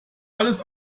alles